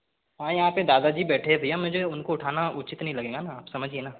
हाँ यहाँ पे दादा जी बैठे हैं भैया मुझे उनको उठाना उचित नहीं लगेगा ना आप समझिए ना